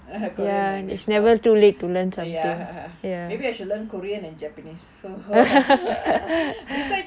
korean language because ya maybe I should learn korean and japanese so besides